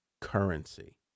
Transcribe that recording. currency